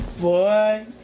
Boy